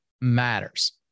matters